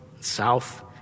south